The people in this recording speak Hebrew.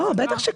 בטח שכן.